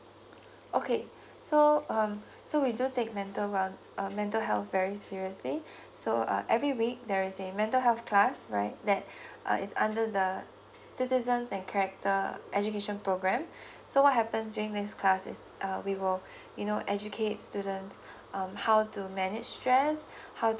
okay so um so we do take mental um a mental health very seriously so uh every week there is a mental health class right that uh is under the citizens and education program so what happen during this class is uh we will you know educate students um how to manage stress how to